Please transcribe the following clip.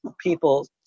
people